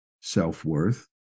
self-worth